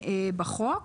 עיגון בחוק.